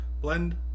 blend